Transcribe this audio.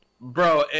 Bro